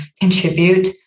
contribute